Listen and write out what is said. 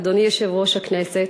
אדוני יושב-ראש הכנסת,